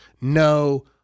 no